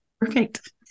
Perfect